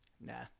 nah